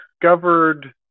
discovered